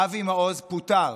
אבי מעוז פוטר